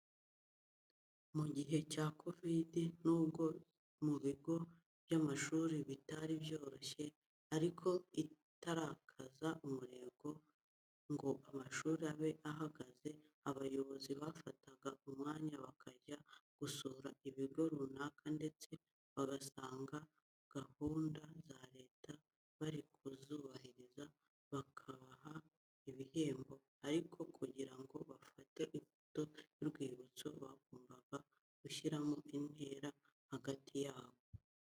Mu gihe cya kovidi nubwo mu bigo by'amashuri bitari byoroshye ariko itarakaza umurego ngo amashuri abe ahagaze, abayobozi bafataga umwanya bakajya gusura ibigo runaka ndetse basanga gahunda za Leta bari kuzubahiriza bakabaha ibihembo, ariko kugira ngo bafate ifoto y'urwibutso bagombaga gushyiramo intera hagati yabo.